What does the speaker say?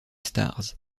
stars